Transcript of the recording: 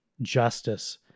justice